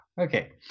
Okay